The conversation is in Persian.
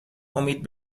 امید